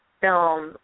film